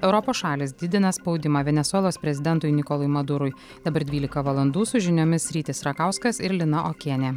europos šalys didina spaudimą venesuelos prezidentui nikolui madurui dabar dvylika valandų su žiniomis rytis rakauskas ir lina okienė